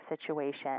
situation